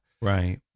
Right